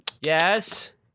Yes